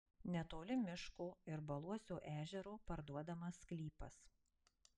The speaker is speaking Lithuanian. netoli miško ir baluosio ežero parduodamas sklypas